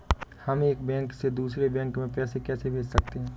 हम एक बैंक से दूसरे बैंक में पैसे कैसे भेज सकते हैं?